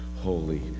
holy